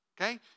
Okay